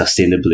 sustainably